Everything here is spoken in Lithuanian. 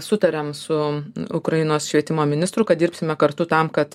sutariam su ukrainos švietimo ministru kad dirbsime kartu tam kad